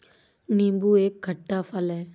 नीबू एक खट्टा फल है